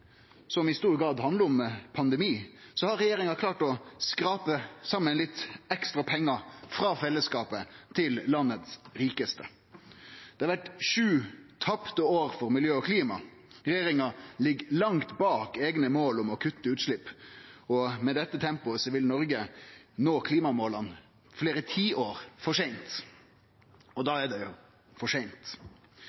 som i stor grad handlar om pandemi, har regjeringa klart å skrape saman litt ekstra pengar frå fellesskapet – til dei rikaste i landet. Det har vore sju tapte år for miljø og klima. Regjeringa ligg langt bak sine eigne mål om å kutte utslepp, og med dette tempoet vil Noreg nå klimamåla fleire tiår for seint. Og da